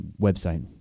website